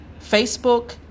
Facebook